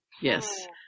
Yes